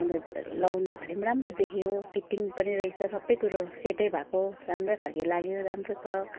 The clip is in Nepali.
अन्त लगाउँदाखेरि राम्रो देखियो फिटिङ पनि रहेछ सबै कुरो सेटै भएको राम्रो खाले लाग्यो राम्रो छ